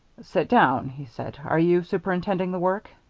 sit down, he said. are you superintending the work?